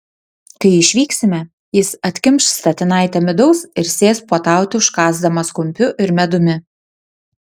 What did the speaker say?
kai išvyksime jis atkimš statinaitę midaus ir sės puotauti užkąsdamas kumpiu ir medumi